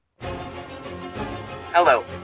Hello